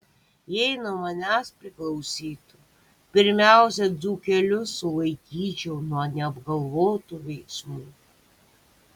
jei nuo manęs priklausytų pirmiausia dzūkelius sulaikyčiau nuo neapgalvotų veiksmų